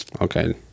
Okay